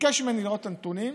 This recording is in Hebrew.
ביקש ממני לראות את הנתונים,